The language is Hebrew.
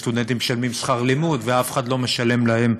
הסטודנטים משלמים שכר לימוד ואף אחד לא משלם להם,